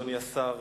אדוני השר,